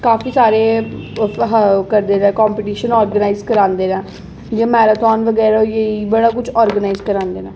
काफी सारे ओह् करदे न कंपिटिशन आर्गेनाइज करांदे न जि'यां मैराथन बगैरा होई गेई बड़ा किश आर्गेनाइज करांदे न